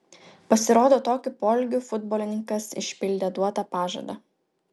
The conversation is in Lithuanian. pasirodo tokiu poelgiu futbolininkas išpildė duotą pažadą